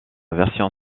version